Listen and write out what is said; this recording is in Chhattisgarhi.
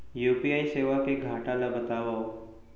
यू.पी.आई सेवा के घाटा ल बतावव?